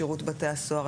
שירות בתי הסוהר,